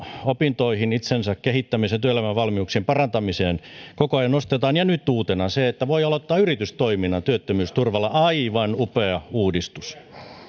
opintoihin itsensä kehittämiseen työelämän valmiuksien parantamiseen koko ajan nostetaan ja nyt uutena on se että voi aloittaa yritystoiminnan työttömyysturvalla aivan upea uudistus